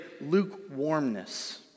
lukewarmness